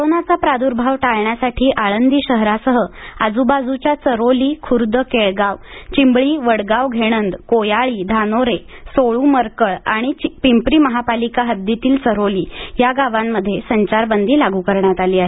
कोरोनाचा प्रादुर्भाव टाळण्यासाठी आंळदी शहरासह आजूबाजूच्या चऱ्होली खुर्द केळगाव चिंबळी वडगाव घेणंदकोयाळीधानोरेसोळू मरकळ आणि पिंपरी महापालिका हद्दीतील चऱ्होली या गावांमध्ये संचारबंदी लागू करण्यात आली आहे